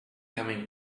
coming